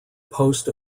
post